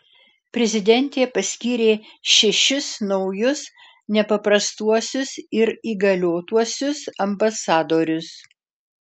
prezidentė paskyrė šešis naujus nepaprastuosius ir įgaliotuosiuos ambasadorius